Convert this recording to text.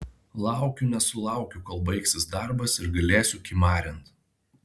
laukiu nesulaukiu kol baigsis darbas ir galėsiu kimarint